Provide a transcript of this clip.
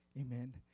amen